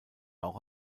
auch